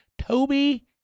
Toby